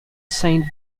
saint